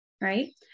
right